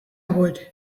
would